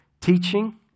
teaching